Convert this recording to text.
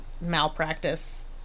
malpractice